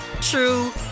true